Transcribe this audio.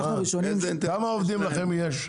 כמה עובדים לכם יש?